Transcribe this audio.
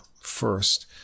first